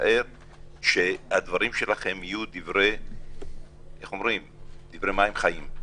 משער שהדברים שלכם יהיו דברי מים חיים.